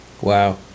Wow